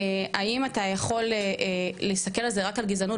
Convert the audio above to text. האם אתה יכול להסתכל על זה רק כגזענות